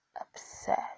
upset